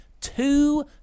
two